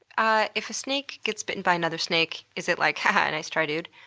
ah if a snake gets bitten by another snake is it like, haha, nice try dude?